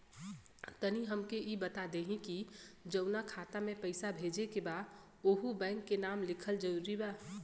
तनि हमके ई बता देही की जऊना खाता मे पैसा भेजे के बा ओहुँ बैंक के नाम लिखल जरूरी बा?